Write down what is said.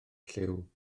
llyw